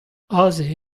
aze